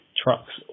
trucks